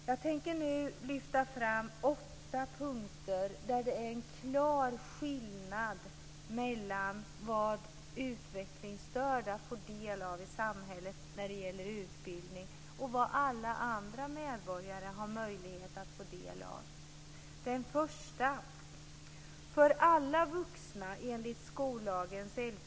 Jag tänker nu lyfta fram åtta punkter där det är en klar skillnad mellan vad utvecklingsstörda får del av i samhället när det gäller utbildning och vad alla andra medborgare har möjlighet att få del av.